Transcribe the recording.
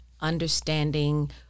understanding